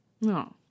No